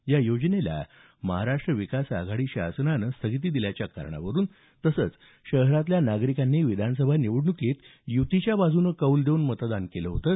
या योजनेला महाराष्ट विकास आघाडी शासनानं स्थगिती दिल्याच्या कारणावरून तसंच शहरातल्या नागरिकांनी विधानसभा निवडणुकीत युतीच्या बाजूनं कौल देऊन मतदान केलं होतं